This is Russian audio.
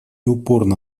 упорно